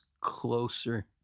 closer